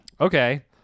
Okay